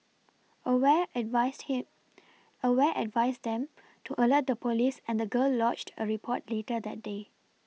aware advised him aware advised them to alert the police and the girl lodged a report later that day